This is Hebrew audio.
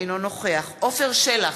אינו נוכח עפר שלח,